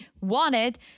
wanted